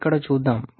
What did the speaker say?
ఇక్కడ చూద్దాం